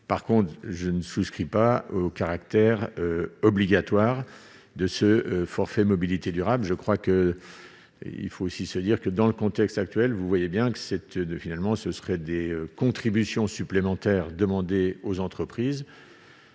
par contre je ne souscris pas au caractère obligatoire de ce forfait mobilité durable, je crois que, il faut aussi se dire que dans le contexte actuel, vous voyez bien que cette de, finalement, ce serait des contributions supplémentaires demandés aux entreprises,